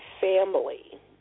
family